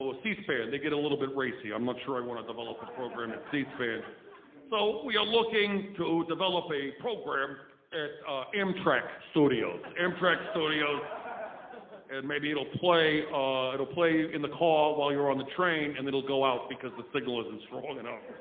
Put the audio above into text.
so ah c-span, they get a little bit racy. i'm not sure i want to develop a program at c-span so we are looking to develop a program at amtrak studios, amtrak studios and maybe it'll play it'll play in the car while you're on the train and it'll go out because the signal isn't strong enough.